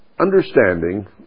understanding